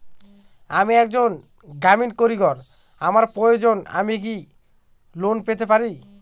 আমি একজন গ্রামীণ কারিগর আমার প্রয়োজনৃ আমি কি ঋণ পেতে পারি?